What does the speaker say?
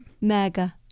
mega